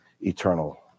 eternal